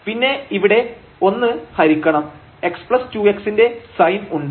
പിന്നെ ഇവിടെ 1 ഹരിക്കണം x2xന്റെ sin ഉണ്ട്